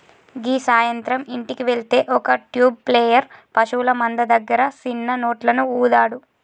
గీ సాయంత్రం ఇంటికి వెళ్తే ఒక ట్యూబ్ ప్లేయర్ పశువుల మంద దగ్గర సిన్న నోట్లను ఊదాడు